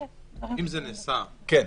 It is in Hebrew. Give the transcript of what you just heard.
כן.